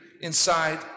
inside